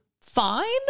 fine